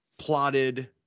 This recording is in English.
plotted